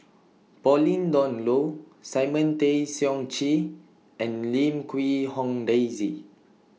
Pauline Dawn Loh Simon Tay Seong Chee and Lim Quee Hong Daisy